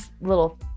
little